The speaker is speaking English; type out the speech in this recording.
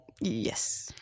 yes